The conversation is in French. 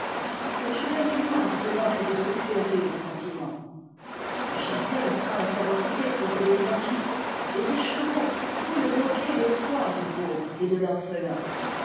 le chevalier noir se moque de ce puéril sentiment le chasseur prend la férocité pour de't'énergie et ses chevaux foulent aux pieds l'espoir du pauvre et de